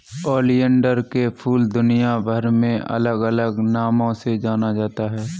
oleander के फूल दुनियाभर में अलग अलग नामों से जाना जाता है